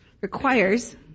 requires